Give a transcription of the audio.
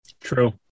True